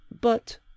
but—